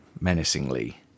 menacingly